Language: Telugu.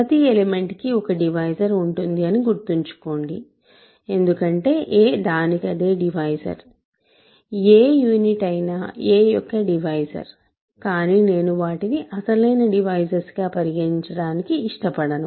ప్రతి ఎలిమెంట్ కి ఒక డివైజర్ ఉంటుంది అని గుర్తుంచుకోండి ఎందుకంటే a దానికదే డివైజర్ ఏ యూనిట్ అయినా a యొక్క డివైజర్ కానీ నేను వాటిని అసలైన డివైజర్స్ గా పరిగణించటానికి ఇష్టపడను